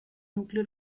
núcleo